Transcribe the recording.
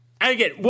again